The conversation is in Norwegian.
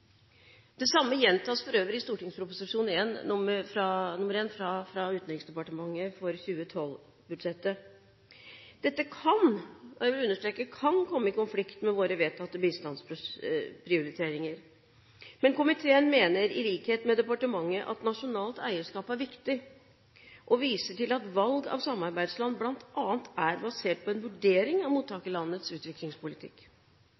Det samme gjentas for øvrig i Prop. 1 S fra Utenriksdepartementet for 2012-budsjettet. Dette kan – jeg vil understreke kan – komme i konflikt med våre vedtatte bistandsprioriteringer. Men komiteen mener, i likhet med departementet, at nasjonalt eierskap er viktig, og viser til at valg av samarbeidsland bl.a. er basert på en vurdering av